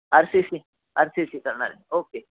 R C C R C C करणार आहे okay